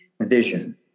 vision